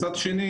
מצד שני